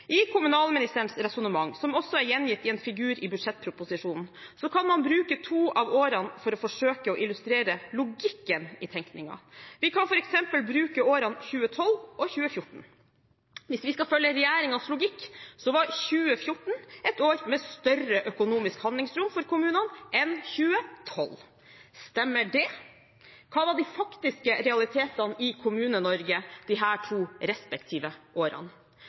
I kommunalministerens resonnement, som også er gjengitt i en figur i budsjettproposisjonen, kan man bruke to av årene for å forsøke å illustrere logikken i tenkingen. Vi kan f.eks. bruke årene 2012 og 2014. Hvis vi skal følge regjeringens logikk, så var 2014 et år med større økonomisk handlingsrom for kommunene enn 2012. Stemmer det? Hva var de faktiske realitetene i Kommune-Norge disse to respektive årene?